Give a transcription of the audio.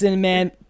man